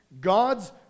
God's